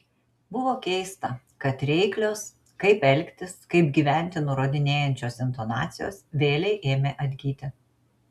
buvo keista kad reiklios kaip elgtis kaip gyventi nurodinėjančios intonacijos vėlei ėmė atgyti